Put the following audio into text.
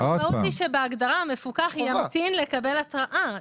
המשמעות היא שבהגדרה המפוקח ימתין לקבל התראה.